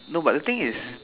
no but the thing is